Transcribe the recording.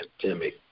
pandemic